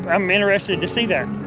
ah i'm interested to see that.